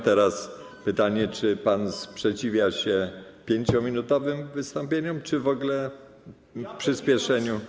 Teraz pytanie: Czy pan sprzeciwia się 5-minutowym wystąpieniom, czy w ogóle przyspieszeniu?